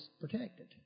protected